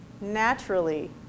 naturally